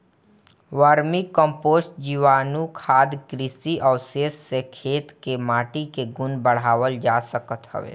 vermi compost, जीवाणुखाद, कृषि अवशेष से खेत कअ माटी के गुण बढ़ावल जा सकत हवे